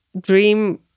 dream